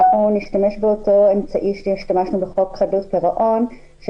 שאנחנו נשתמש באותו אמצעי שהשתמשנו בו בחוק חדלות פירעון,